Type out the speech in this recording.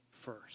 first